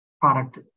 product